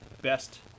best